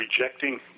rejecting